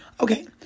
Okay